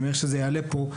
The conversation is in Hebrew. אני מניח שזה יעלה פה,